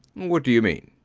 what do you mean?